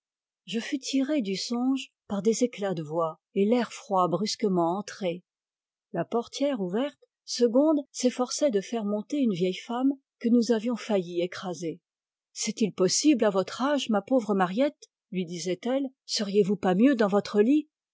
je fus tiré du songe par des éclats de voix et l'air froid brusquement entré la portière ouverte segonde s'efforçait de faire monter une vieille femme que nous avions failli écraser c'est-il possible à votre âge ma pauvre mariette lui disait-elle seriez-vous pas mieux dans votre lit